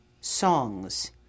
songs